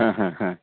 हा हा हा